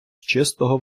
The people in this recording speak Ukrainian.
чистого